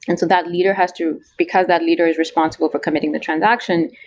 and so that leader has to because that leader is responsible for committing the transaction,